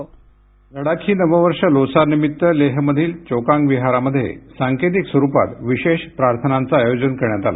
ध्वनी लडाखी नव वर्ष लोसार निमित्त लेहमधील चोकांग विहारामध्ये सांकेतिक स्वरुपात विशेष प्रार्थनांच आयोजन करण्यात आलं